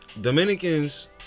Dominicans